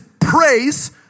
Praise